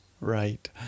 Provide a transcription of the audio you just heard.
right